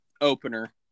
opener